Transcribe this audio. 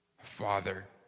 Father